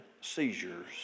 seizures